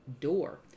door